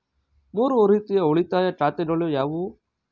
ಮೂರು ರೀತಿಯ ಉಳಿತಾಯ ಖಾತೆಗಳು ಯಾವುವು?